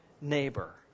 neighbor